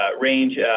range